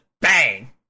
bang